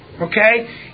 okay